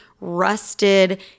rusted